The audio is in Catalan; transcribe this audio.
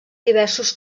diversos